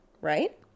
right